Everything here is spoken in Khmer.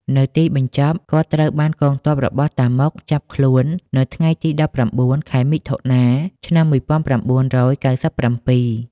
នៅទីបញ្ចប់ គាត់ត្រូវបានកងទ័ពរបស់ តាម៉ុក ចាប់ខ្លួននៅថ្ងៃទី១៩ ខែមិថុនា ឆ្នាំ១៩៩៧។